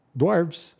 dwarves